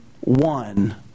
one